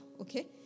okay